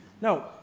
no